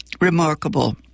remarkable